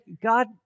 God